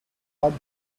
large